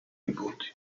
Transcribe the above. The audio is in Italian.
nipoti